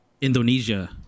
Indonesia